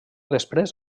després